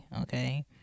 okay